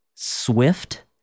swift